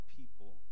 people